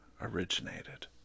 originated